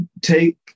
take